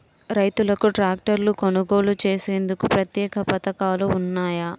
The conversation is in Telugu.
రైతులకు ట్రాక్టర్లు కొనుగోలు చేసేందుకు ప్రత్యేక పథకాలు ఉన్నాయా?